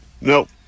Nope